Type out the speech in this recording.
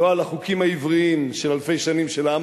לא על החוקים העבריים של אלפי שנים של העם